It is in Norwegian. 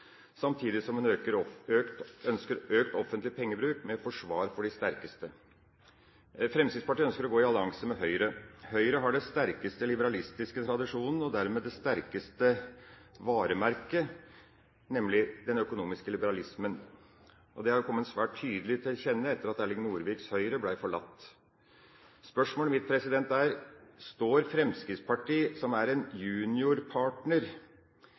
samtidig som en ønsker økt offentlig pengebruk, med forsvar for de sterkeste. Fremskrittspartiet ønsker å gå i allianse med Høyre. Høyre har den sterkeste liberalistiske tradisjonen og dermed det sterkeste varemerket, nemlig den økonomiske liberalismen. Det er jo gitt svært tydelig til kjenne etter at Erling Norviks Høyre ble forlatt. Spørsmålet mitt er: Står Fremskrittspartiet, som er en juniorpartner,